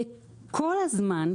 וכל הזמן,